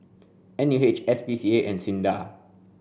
N U H S P C A and SINDA